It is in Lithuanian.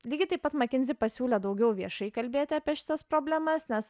lygiai taip pat makinzi pasiūlė daugiau viešai kalbėti apie šitas problemas nes